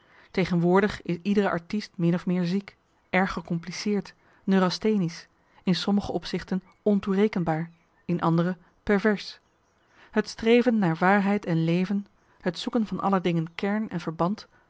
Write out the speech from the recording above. tegenwoordig is iedere artiest min of meer ziek erg gecompliceerd neurasthenisch in sommige opzichten ontoerekenbaar in andere pervers het streven naar waarheid en leven het zoeken van aller dingen kern en verband